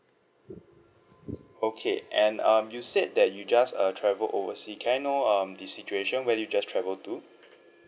okay and um you said that you just uh travel oversea can I know um the situation where you just travel to